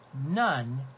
none